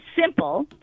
Simple